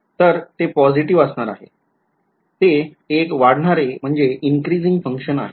तर ते पॉसिटीव्ह असणार आहे तर ते एक वाढणारे function आहे